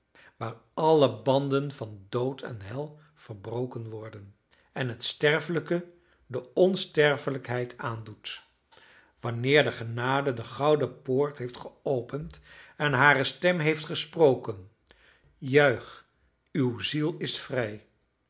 waar alle banden van dood en hel verbroken worden en het sterfelijke de onsterfelijkheid aandoet wanneer de genade de gouden poort heeft geopend en hare stem heeft gesproken juich uwe ziel is vrij